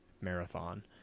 Marathon